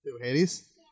Hades